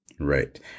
Right